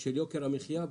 של יוקר המחיה.